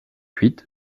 huit